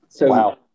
Wow